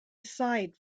side